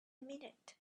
minute